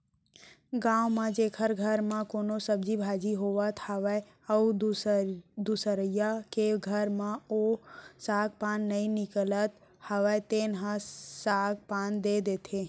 गाँव म जेखर घर म कोनो सब्जी भाजी होवत हावय अउ दुसरइया के घर म ओ साग पान नइ निकलत हावय तेन ल साग पान दे देथे